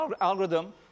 algorithm